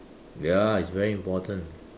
ya it's very important